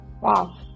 Wow